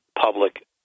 public